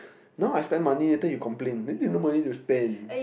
now I spend money later you complain later you no money to spend